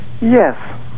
Yes